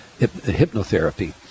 hypnotherapy